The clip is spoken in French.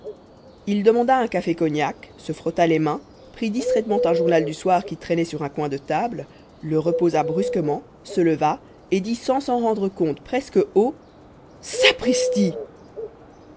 il demanda un café cognac se frotta les mains prit distraitement un journal du soir qui traînait sur un coin de table le reposa brusquement se leva et dit sans s'en rendre compte presque haut sapristi